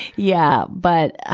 yeah. but, ah,